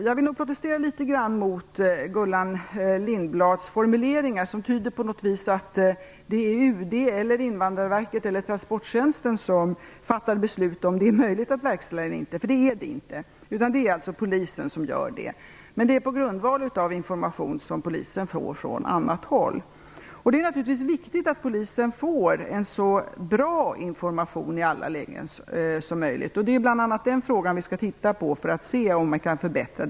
Jag vill dock protestera litet grand mot Gullan Lindblads formuleringar som tyder på att det är UD, Invandrarverket eller Transporttjänsten som fattar beslut om det är möjligt att genomföra ett verkställande eller inte, därför att så är det inte. Det är alltså polisen som fattar ett sådant beslut. Polisen gör det på grundval av information från annat håll. Det är naturligtvis viktigt att polisen får så bra information som möjligt i alla lägen. Det är bl.a. den frågan vi skall titta på, för att se om situationen kan förbättras.